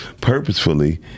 purposefully